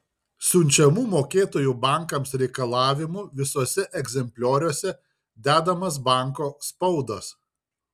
siunčiamų mokėtojų bankams reikalavimų visuose egzemplioriuose dedamas banko spaudas